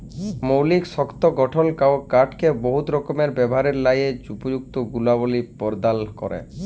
মৌলিক শক্ত গঠল কাঠকে বহুত রকমের ব্যাভারের ল্যাযে উপযুক্ত গুলবলি পরদাল ক্যরে